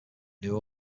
new